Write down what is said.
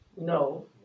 No